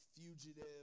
fugitive